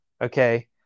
okay